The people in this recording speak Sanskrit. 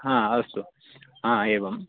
अस्तु एवं